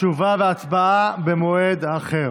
תשובה והצבעה במועד אחר.